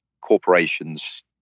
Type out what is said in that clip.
corporations